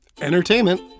entertainment